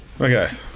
Okay